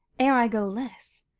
e'r i go less,